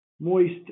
moist